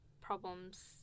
problems